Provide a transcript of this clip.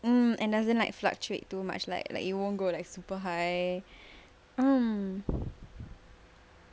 mm and doesn't like fluctuate too much like like you won't go like super high mm